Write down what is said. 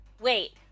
Wait